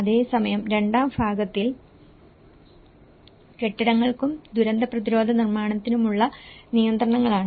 അതേസമയം രണ്ടാം ഭാഗത്തിൽ കെട്ടിടങ്ങൾക്കും ദുരന്തപ്രതിരോധ നിർമ്മാണത്തിനുമുള്ള നിയന്ത്രണങ്ങളാണ്